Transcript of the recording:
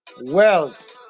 wealth